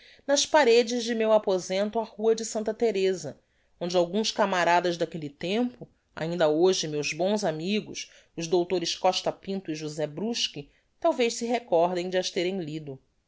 nas paredes de meu aposento á rua de s thereza onde alguns camaradas d'aquelle tempo ainda hoje meus bons amigos os drs costa pinto e josé brusque talvez se recordem de as terem lido